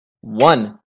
One